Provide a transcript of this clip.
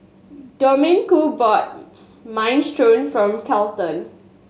Domenico bought Minestrone from Kelton